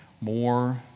more